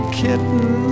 kitten